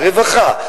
רווחה.